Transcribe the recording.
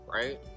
right